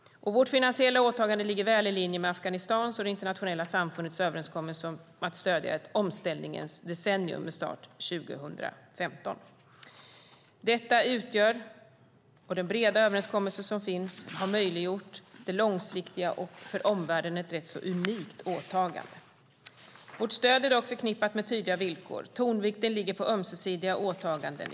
Vårt finansiella åtagande ligger väl i linje med Afghanistans och det internationella samfundets överenskommelse om att stödja ett "omställningens decennium" med start 2015. Den breda överenskommelse som finns har möjliggjort detta långsiktiga och för omvärlden rätt unika åtagande. Vårt stöd är dock förknippat med tydliga villkor. Tonvikten ligger på ömsesidiga åtaganden.